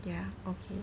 ya okay